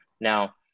Now